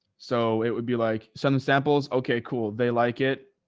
so it would be like send them samples. okay, cool. they like it.